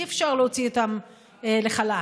אי-אפשר להוציא אותם לחל"ת,